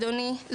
אדוני,